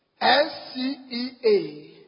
S-C-E-A